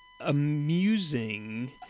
amusing